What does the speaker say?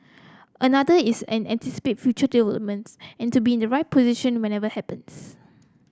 another is an anticipate future developments and to be in the right position whenever happens